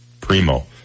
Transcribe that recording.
Primo